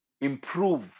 improve